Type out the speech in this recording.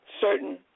certain